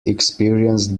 experienced